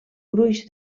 gruix